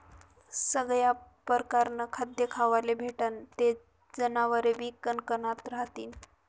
सगया परकारनं खाद्य खावाले भेटनं ते जनावरेबी कनकनात रहातीन